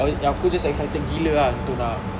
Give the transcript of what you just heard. aku just excited gila ah untuk nak